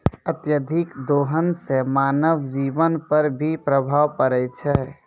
अत्यधिक दोहन सें मानव जीवन पर भी प्रभाव परै छै